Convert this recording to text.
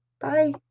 bye